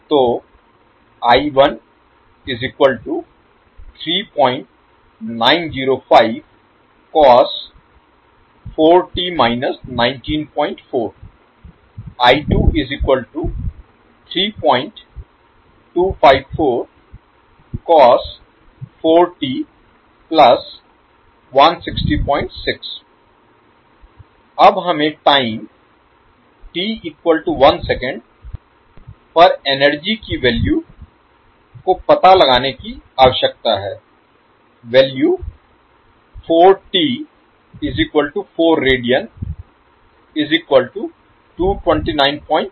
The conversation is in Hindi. तो अब हमें टाइम t 1 s पर एनर्जी की वैल्यू को पता लगाने की आवश्यकता है